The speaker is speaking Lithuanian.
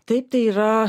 taip tai yra